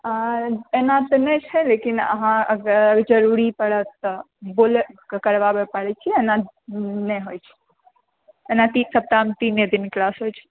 आ एना तऽ नहि छै लेकिन अहाँ अगर जरूरी पड़त तऽ बोले कऽ करबाबै छिऐ एना नहि होइ छै ओना एक सप्ताहमे तीने दिन क्लास होइ छै